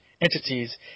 entities